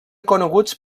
coneguts